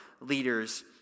leaders